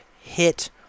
hit